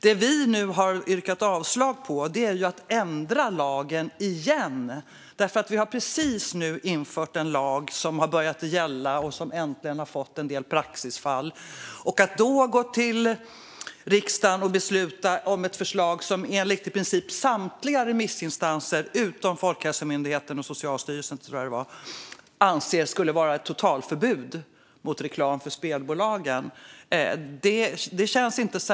Det vi nu har yrkat avslag på är att ändra lagen igen. Vi har precis infört en lag som har börjat gälla och som äntligen har fått en del praxisfall. Det känns inte seriöst, herr talman, att då gå till riksdagen och besluta om ett förslag som i princip samtliga remissinstanser - utom Folkhälsomyndigheten och Socialstyrelsen, tror jag att det var - anser skulle vara ett totalförbud mot reklam för spelbolagen.